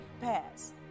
Pass